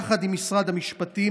יחד עם משרד המשפטים,